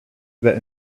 that